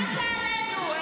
מאיפה באת עלינו?